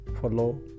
follow